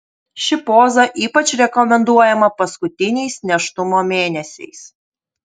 ši poza ypač rekomenduojama paskutiniais nėštumo mėnesiais